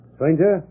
Stranger